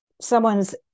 Someone's